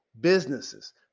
businesses